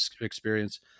experience